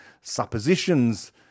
suppositions